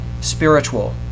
spiritual